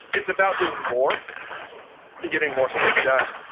it's about doing more and getting more stuff done.